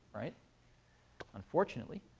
right unfortunately.